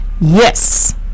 yes